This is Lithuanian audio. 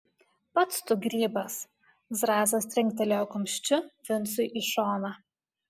pats tu grybas zrazas trinktelėjo kumščiu vincui į šoną